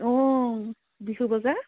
অঁ বিহু বজাৰ